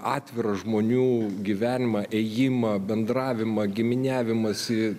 atvirą žmonių gyvenimą ėjimą bendravimą giminiavimąsi